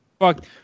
Fuck